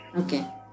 Okay